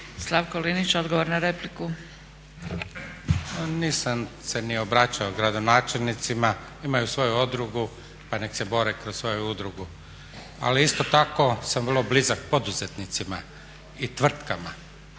Marija Ilić, odgovor na repliku.